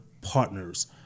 partners